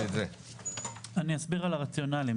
אסביר על הרציונל: